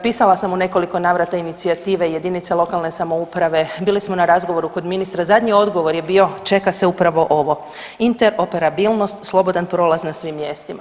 Pisala sam u nekoliko navrata inicijative jedinice lokalne samouprave, bili smo na razgovoru kod ministra, zadnji odgovor je bio čeka se upravo ovo, interoperabilnost, slobodan prostor na svim mjestima.